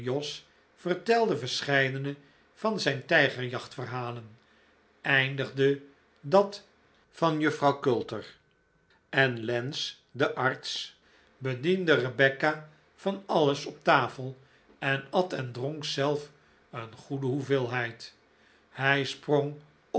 vertelde verscheidene van zijn tijgerjachtverhalen eindigde dat van juffrouw cutler en lance den arts bediende rebecca van alles op tafel en at en dronk zelf een goede hoeveelheid hij sprong